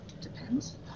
Depends